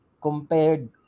compared